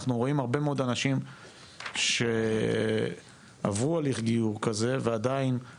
אנחנו רואים הרבה מאוד אנשים שעברו הליך גיור כזה ועדיין,